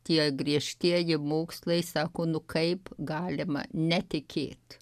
tie griežtieji mokslai sako nu kaip galima netikėt